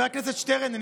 אני אענה לך, אל תדאג.